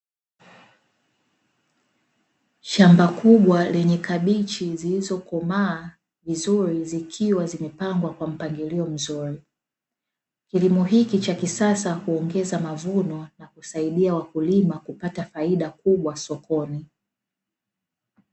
Shamba kubwa lenye kabichi zilizikomaa vizuri zikl kilimo cha kisasa huongeza mavuno na kusaidia wakulima kupata faida kubwa sokoni.